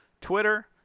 Twitter